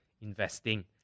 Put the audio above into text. investing